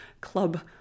club